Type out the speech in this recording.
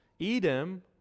Edom